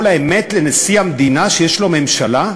האמת לנשיא המדינה כשאמר שיש לו ממשלה?